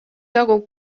jagub